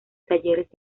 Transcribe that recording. talleres